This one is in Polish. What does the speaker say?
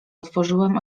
otworzyłem